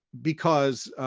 because